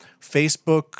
Facebook